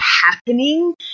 happening